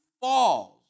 falls